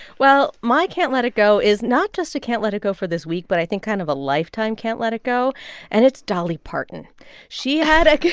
well, my can't-let-it-go is not just a can't-let-it-go for this week but i think kind of a lifetime can't-let-it-go. and it's dolly parton she had a